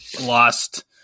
lost